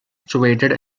situated